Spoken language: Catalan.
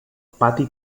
pati